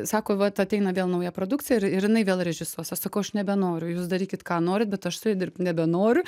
sako vat ateina vėl nauja produkcija ir ir jinai vėl režisuos aš sakau aš nebenoriu jūs darykit ką norit bet aš su ja dirbt nebenoriu